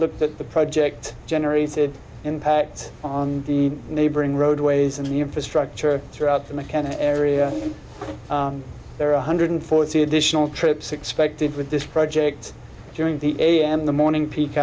look at the project generated impact on the neighboring roadways and the infrastructure throughout the mechanic area there are one hundred forty additional trips expected with this project during the am in the morning peak